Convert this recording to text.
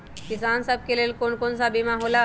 किसान सब के लेल कौन कौन सा बीमा होला?